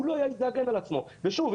ושוב,